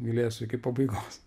mylėsiu iki pabaigos